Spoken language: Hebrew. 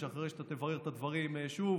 שאחרי שתברר את הדברים שוב,